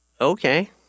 Okay